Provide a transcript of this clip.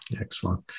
Excellent